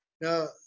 Now